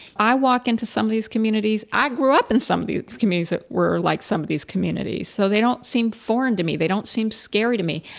i walk into some of these communities, i grew up in some of the committees that were like some of these communities, so they don't seem foreign to me, they don't seem scary to me.